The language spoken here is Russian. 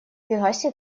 фигасе